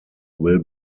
will